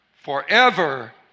Forever